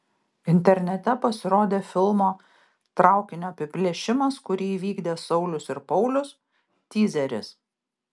internete pasirodė filmo traukinio apiplėšimas kurį įvykdė saulius ir paulius tyzeris